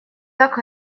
так